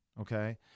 Okay